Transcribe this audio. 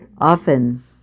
often